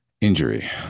injury